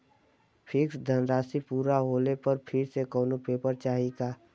Fix धनराशी पूरा होले पर फिर से कौनो पेपर चाही का?